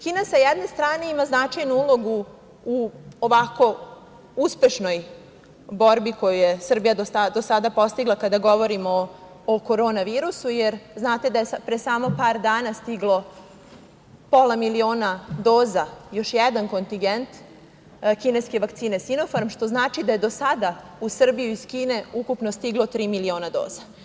Kina sa jedne strane ima značajnu ulogu u ovako uspešnoj borbi koju je Srbija do sada postigla, kada govorimo o korona virusu, jer znate da je pre samo par dana stiglo pola miliona doza, još jedan kontingent kineske vakcine „Sinofarm“, što znači da je do sada u Srbiju iz Kine ukupno stiglo tri miliona doza.